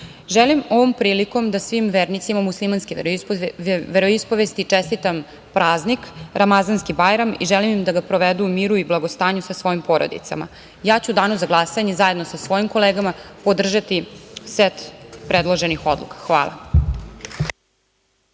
nama. Želim ovom prilikom da svim vernicima muslimanske veroispovesti čestitam praznik ramazanski Bajram i želim im da ga provedu u miru i blagostanju sa svojim porodicama. U danu za glasanje zajedno sa svojim kolegama podržati set predloženih odluka. Hvala.